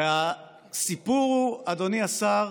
והסיפור הוא, אדוני השר,